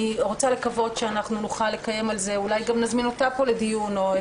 אני רוצה לקוות שאנחנו נוכל לקיים על זה אולי גם נזמין אותה לדיון פה,